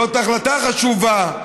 זאת החלטה חשובה,